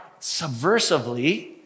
subversively